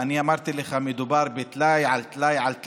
ואני אמרתי לך: מדובר על טלאי על טלאי